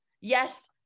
Yes